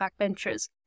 backbenchers